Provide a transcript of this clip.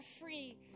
free